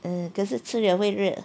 err 只是吃 liao 会热